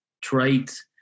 traits